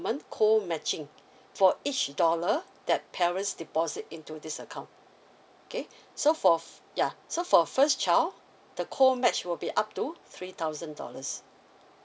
co matching for each dollar that parents deposit into this account okay so for yeah so for first child the co match will be up to three thousand dollars